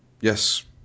Yes